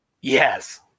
Yes